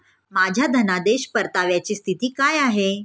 माझ्या धनादेश परताव्याची स्थिती काय आहे?